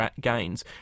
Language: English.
gains